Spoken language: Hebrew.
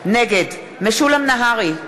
נגד משולם נהרי,